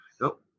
Nope